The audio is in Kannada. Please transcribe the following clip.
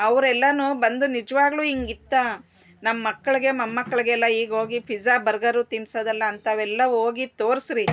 ಅವ್ರೆಲ್ಲ ಬಂದು ನಿಜವಾಗ್ಲೂ ಹಿಂಗಿತ್ತಾ ನಮ್ಮ ಮಕ್ಳಿಗೆ ಮೊಮ್ಮಕ್ಳಿಗೆಲ್ಲ ಈಗೋಗಿ ಫಿಜ್ಜಾ ಬರ್ಗರು ತಿನ್ಸೋದಲ್ಲ ಅಂಥವೆಲ್ಲ ಹೋಗಿ ತೋರಿಸ್ರಿ